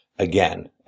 again